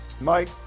Mike